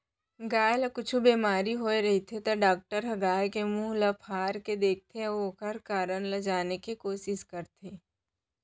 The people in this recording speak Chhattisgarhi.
गाय ल कुछु बेमारी होय रहिथे त डॉक्टर ह गाय के मुंह ल फार के देखथें अउ ओकर कारन ल जाने के कोसिस करथे